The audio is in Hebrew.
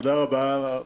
תודה רבה.